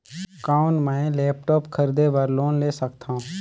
कौन मैं लेपटॉप खरीदे बर लोन ले सकथव?